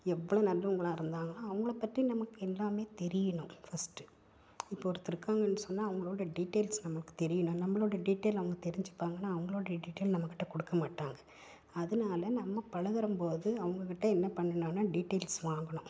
எவ்வளோ நல்லவங்களா இருந்தாங்களோ அவங்களை பற்றி நமக்கு எல்லாமே தெரியணும் ஃபஸ்ட்டு இப்போது ஒருத்தர் இருக்காங்கன்னு சொன்னால் அவங்களோட டீடைல்ஸ் நமக்கு தெரியணும் நம்மளோட டீடைல் அவங்க தெரிஞ்சிப்பாங்கன்னால் அவங்களோட டீடைல் நம்மகிட்ட கொடுக்கமாட்டாங்க அதனால நம்ம பழகறபோது அவங்கக்கிட்ட என்ன பண்ணணுன்னால் டீடைல்ஸ் வாங்கணும்